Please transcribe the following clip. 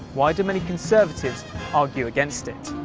why do many conservatives argue against it?